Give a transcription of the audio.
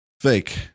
Fake